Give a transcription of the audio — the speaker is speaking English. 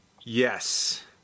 Yes